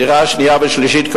דירה שנייה ושלישית,